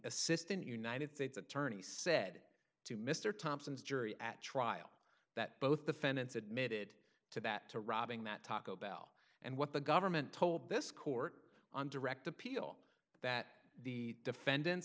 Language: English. assistant united states attorney said to mr thompson's jury at trial that both the fence admitted to that to robbing that taco bell and what the government told this court on direct appeal that the defendants